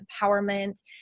empowerment